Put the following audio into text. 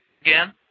again